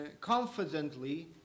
confidently